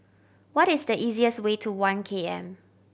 what is the easiest way to One K M